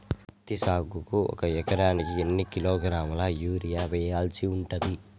పత్తి సాగుకు ఒక ఎకరానికి ఎన్ని కిలోగ్రాముల యూరియా వెయ్యాల్సి ఉంటది?